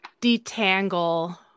detangle